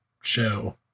show